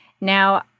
Now